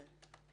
כן.